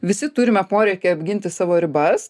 visi turime poreikį apginti savo ribas